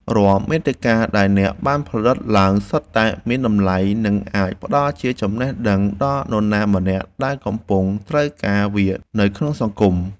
រាល់មាតិកាដែលអ្នកបានផលិតឡើងសុទ្ធតែមានតម្លៃ និងអាចផ្តល់ជាចំណេះដឹងដល់នរណាម្នាក់ដែលកំពុងត្រូវការវានៅក្នុងសង្គម។